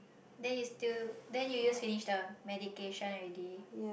then you still then you use finish the medication already